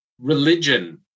religion